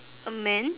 amend